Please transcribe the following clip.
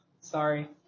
Sorry